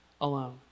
alone